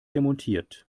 demontiert